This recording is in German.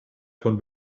von